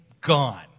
gone